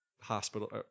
hospital